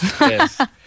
Yes